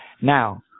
Now